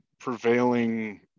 prevailing